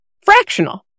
Fractional